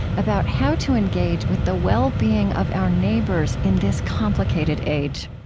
about how to engage with the well-being of our neighbors in this complicated age.